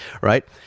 Right